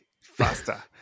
Faster